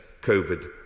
COVID